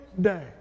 day